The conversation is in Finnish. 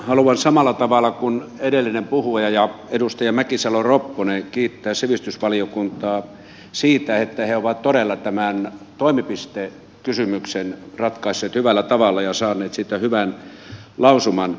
haluan samalla tavalla kuin edellinen puhuja ja edustaja mäkisalo ropponen kiittää sivistysvaliokuntaa siitä että he ovat todella tämän toimipistekysymyksen ratkaisseet hyvällä tavalla ja saaneet siitä hyvän lausuman